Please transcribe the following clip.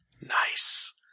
Nice